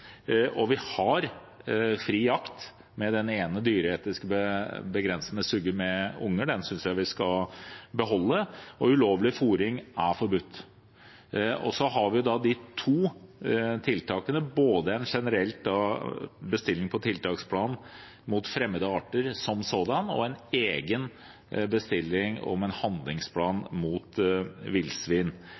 Vi har fri jakt, med den ene dyreetiske begrensningen som gjelder sugge med unger, og den synes jeg vi skal beholde. Fôring er forbudt. Så har vi de to tiltakene – både en generell bestilling på tiltaksplan mot fremmede arter som sådanne og en egen bestilling av en handlingsplan mot